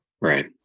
Right